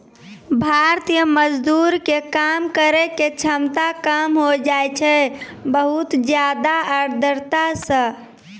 भारतीय मजदूर के काम करै के क्षमता कम होय जाय छै बहुत ज्यादा आर्द्रता सॅ